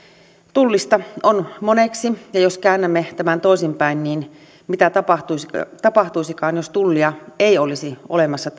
tullista on moneksi ja jos käännämme tämän toisinpäin niin mitä tapahtuisikaan jos tullia ei olisi olemassa